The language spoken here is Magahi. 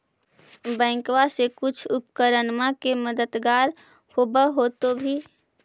बैंकबा से कुछ उपकरणमा के मददगार होब होतै भी?